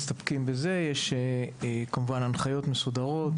יש לכם נתונים לגבי מה שקורה בעולם?